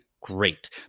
great